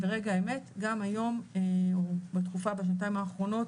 ברגע האמת גם היום או בתקופה בשנתיים האחרונות